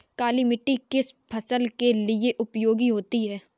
काली मिट्टी किस फसल के लिए उपयोगी होती है?